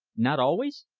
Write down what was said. not always?